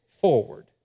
forward